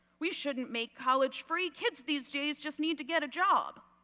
we shouldn't make college free. kids these days just need to get a job.